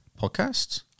podcasts